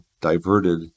diverted